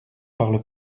parle